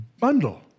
bundle